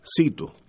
Cito